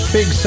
Big